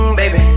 baby